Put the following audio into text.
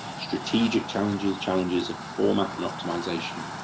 strategic challenges, challenges of format and optimisation.